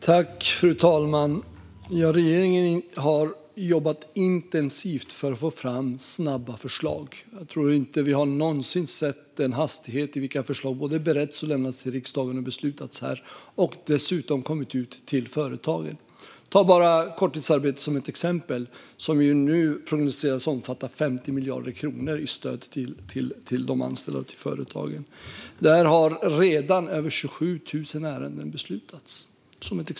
Fru talman! Regeringen har jobbat intensivt för att få fram snabba förslag. Jag tror inte att vi någonsin tidigare sett den hastighet i vilken förslag beretts, lämnats till riksdagen och beslutats här och dessutom kommit ut till företagen. Ett exempel är korttidsarbete, som nu prognostiseras omfatta 50 miljarder kronor i stöd till de anställda och till företagen. Där har redan över 27 000 ärenden beslutats.